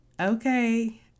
okay